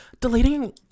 deleting